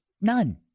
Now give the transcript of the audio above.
None